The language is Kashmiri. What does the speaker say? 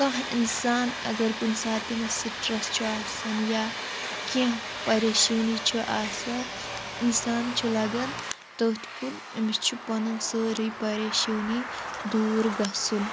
کانٛہہ اِنسان اگر کُنہِ سات تٔمس سٕٹرٛس چھُ آسان یا کیٚنٛہہ پریشٲنۍ چھِ آسان اِنسان چھُ لَگن تٔتھۍ کُن أمِس چھِ پنُن سٲرٕے پَریشٲنی دوٗر گَژھُن